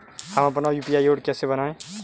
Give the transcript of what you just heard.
हम अपना UPI code कैसे बनाएँ?